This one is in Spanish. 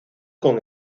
con